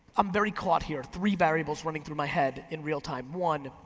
i'm very caught here. three variable running through my head in real time. one,